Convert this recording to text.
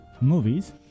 movies